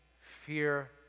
fear